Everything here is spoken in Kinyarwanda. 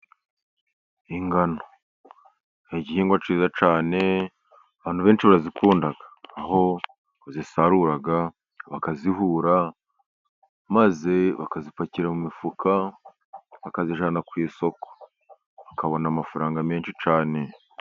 Ingano ni igihingwa cyiza cyane abantu benshi barazikunda, aho bazisarura bakazihura, maze bakazipakira mu mifuka bakazijyana ku isoko, bakabona amafaranga menshi cyane.